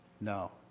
No